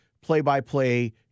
play-by-play